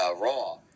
Raw